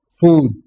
food